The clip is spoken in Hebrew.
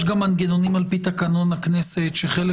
יש גם מנגנונים על פי תקנון הכנסת שחלק